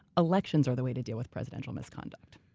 elections are the way to deal with presidential misconduct.